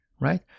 right